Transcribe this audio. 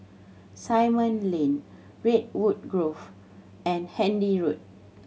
Simon Lane Redwood Grove and Handy Road